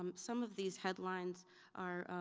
um some of these headlines are